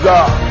God